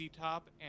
Top